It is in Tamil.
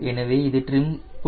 எனவே இது ட்ரிம் புள்ளியாக ஆகும்